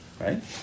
Right